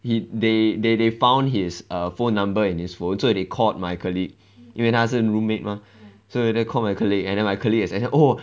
he they they they found his err phone number in his phone so they called my colleague 因为他是 roommate mah so they called my colleague and then my colleague said oh